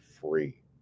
free